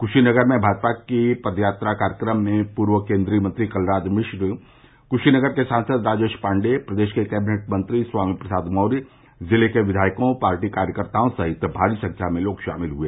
कुशीनगर में भाजपा के पदयात्रा कार्यक्रम में पूर्व केन्द्रीय मंत्री कलराज मिश्र कुशीनगर के सांसद राजेश पाण्डेय प्रदेश के कैबिनेट मंत्री स्वामी प्रसाद मौर्य जिले के कियायकों पार्टी कार्यकर्ताओं सहित भारी संख्या में लोग शामिल हुए